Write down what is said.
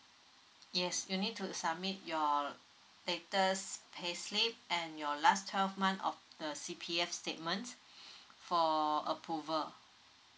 yes you need to submit your uh latest payslip and your last twelve month of the C_P_F statement for approval